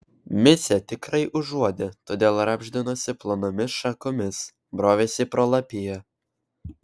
micė tikrai užuodė todėl rabždinosi plonomis šakomis brovėsi pro lapiją